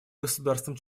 государствам